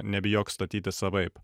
nebijok statyti savaip